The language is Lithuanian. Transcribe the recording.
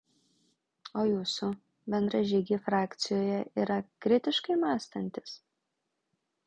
o jūsų bendražygiai frakcijoje yra kritiškai mąstantys